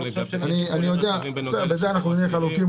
אבל לא --- בזה אנחנו נהיה חלוקים,